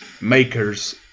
makers